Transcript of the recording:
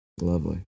Lovely